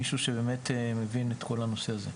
מישהו שבאמת מבין את כל הנושא הזה.